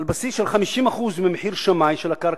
על בסיס של 50% ממחיר שמאי של הקרקע,